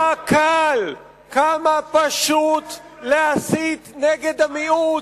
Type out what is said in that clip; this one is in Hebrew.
כמה קל, כמה פשוט להסית נגד המיעוט.